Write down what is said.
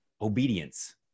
obedience